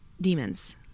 demons